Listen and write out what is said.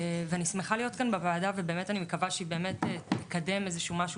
ואני שמחה להיות כאן בוועדה ובאמת אני מקווה שהיא באמת תקדם איזשהו משהו